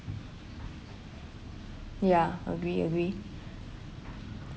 ya agree agree